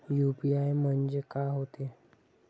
UPI म्हणजे का होते?